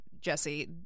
Jesse